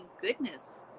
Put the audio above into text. goodness